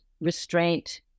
restraint